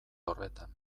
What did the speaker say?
horretan